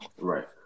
Right